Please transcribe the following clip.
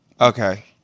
Okay